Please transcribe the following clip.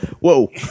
Whoa